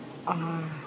ah